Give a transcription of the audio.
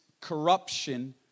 corruption